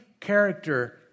character